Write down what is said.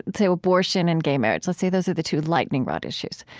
and say, abortion and gay marriage. let's say those are the two lightning-rod issues.